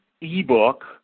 ebook